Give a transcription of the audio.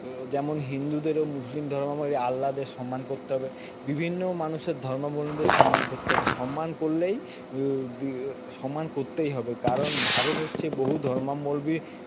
যেমন হিন্দুদেরও মুসলিম ধর্মাবলম্বী আল্লাহদের সম্মান করতে হবে বিভিন্ন মানুষের ধর্মাবলম্বীদের সম্মান করতে হবে সম্মান করলেই সম্মান করতেই হবে কারণ ভারত হছে বহু ধর্মাবলম্বী